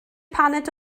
paned